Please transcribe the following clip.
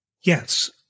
Yes